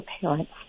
parents